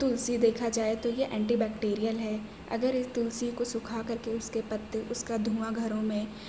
تلسی دیکھا جائے تو یہ اینٹی بیکٹیریل ہے اگر اس تلسی کو سکھا کر کے اس کے پتے اس کا دھواں گھروں میں